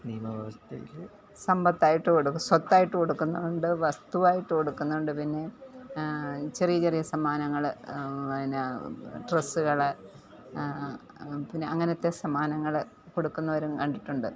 സമ്പത്തായിട്ട് കൊടുക്കും സ്വത്തായിട്ട് കൊടുക്കുന്നുണ്ട് വസ്തുവായിട്ട് കൊടുക്കുന്നുണ്ട് പിന്നെ ചെറിയ ചെറിയ സമ്മാനങ്ങൾ പിന്നെ ഡ്രെസ്സുകൾ പിന്നെ അങ്ങനെത്തെ സമ്മാനങ്ങൾ കൊടുക്കുന്നവരും കണ്ടിട്ടുണ്ട്